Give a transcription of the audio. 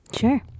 Sure